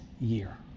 year